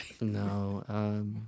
No